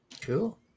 Cool